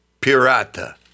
pirata